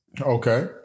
Okay